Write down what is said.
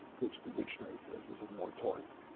which the dictionary says is a moratorium.